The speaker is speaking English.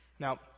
Now